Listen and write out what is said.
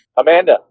Amanda